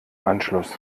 anschluss